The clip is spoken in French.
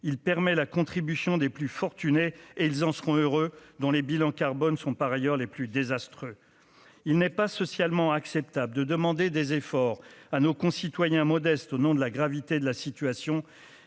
il permet la contribution des plus fortunés et ils en seront heureux dans les bilans carbone sont par ailleurs les plus désastreux, il n'est pas socialement acceptable de demander des efforts à nos concitoyens modestes au nom de la gravité de la situation